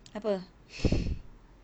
apa